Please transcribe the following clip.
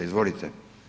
Izvolite.